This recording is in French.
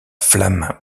flamme